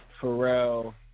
Pharrell